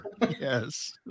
Yes